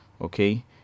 Okay